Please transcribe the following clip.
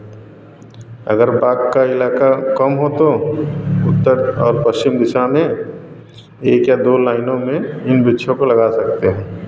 अगर बाग का इलाका कम हो तो उत्तर और पश्चिम दिशा में एक या दो लाइनों में इन वृक्षों को लगा सकते हैं